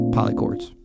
Polychords